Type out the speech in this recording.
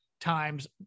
times